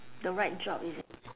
the right job is it